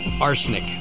arsenic